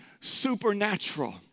supernatural